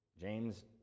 James